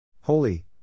Holy